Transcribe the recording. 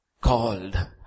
called